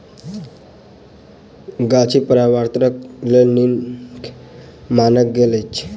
गाछी पार्यावरणक लेल नीक मानल गेल अछि